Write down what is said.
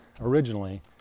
originally